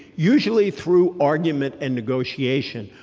usually through argument and negotiation.